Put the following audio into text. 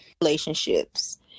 relationships